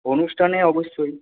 অনুষ্ঠানে অবশ্যই